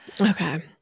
okay